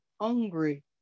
hungry